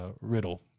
Riddle